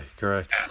correct